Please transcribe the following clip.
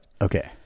Okay